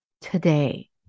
Today